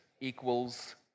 equals